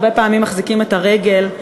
הרבה פעמים מחזיקים את הרגל,